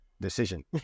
decision